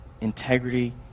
integrity